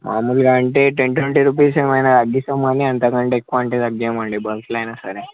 మాములుగా అంటే ten twenty rupees ఏమైన తగ్గిస్తాం కానీ అంతకంటే ఎక్కువ అంటే తగ్గించం అండి బల్క్లో అయిన సరే